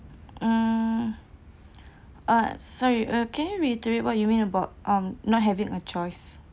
um uh sorry uh can you reiterate what you mean about um not having a choice